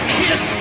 kiss